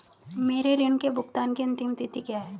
मेरे ऋण के भुगतान की अंतिम तिथि क्या है?